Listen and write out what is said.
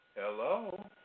Hello